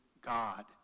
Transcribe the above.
God